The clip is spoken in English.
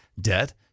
debt